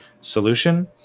Solution